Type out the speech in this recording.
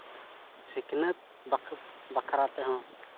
ᱥᱤᱠᱷᱱᱟᱹᱛ ᱵᱟᱠ ᱵᱟᱠᱷᱨᱟ ᱛᱮᱦᱚᱸ